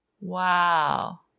Wow